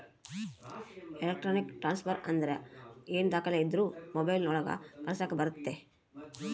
electronic transfer ಅಂದ್ರ ಏನೇ ದಾಖಲೆ ಇದ್ರೂ ಮೊಬೈಲ್ ಒಳಗ ಕಳಿಸಕ್ ಬರುತ್ತೆ